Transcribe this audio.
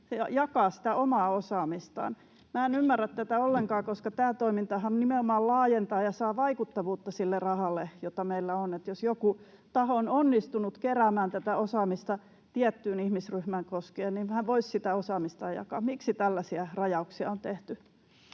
jakaa sitä omaa osaamistaan. En ymmärrä tätä ollenkaan, koska tämä toimintahan nimenomaan laajentaa ja saa vaikuttavuutta sille rahalle, jota meillä on. Jos joku taho on onnistunut keräämään osaamista tiettyä ihmisryhmää koskien, se voisi sitä osaamista jakaa. Miksi tällaisia rajauksia on tehty?